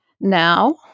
now